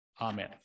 amen